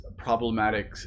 Problematic